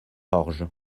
orge